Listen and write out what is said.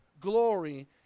glory